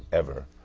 ever,